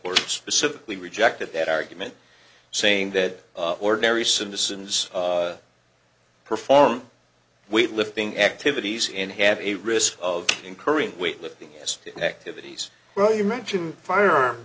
court specifically rejected that argument saying that ordinary citizens perform weight lifting activities in have a risk of incurring weight lifting his activities well you mentioned firearm